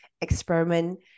experiment